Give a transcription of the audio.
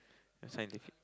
scientific